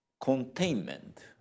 containment